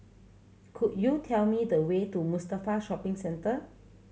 could you tell me the way to Mustafa Shopping Centre